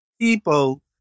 people